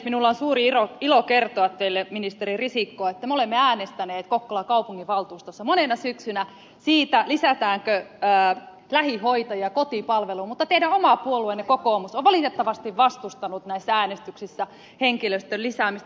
minulla on suuri ilo kertoa teille ministeri risikko että me olemme äänestäneet kokkolan kaupunginvaltuustossa monena syksynä siitä lisätäänkö lähihoitajia kotipalveluun mutta teidän oma puolueenne kokoomus on valitettavasti vastustanut näissä äänestyksissä henkilöstön lisäämistä